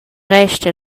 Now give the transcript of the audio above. resta